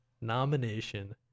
nomination